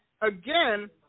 again